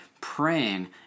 praying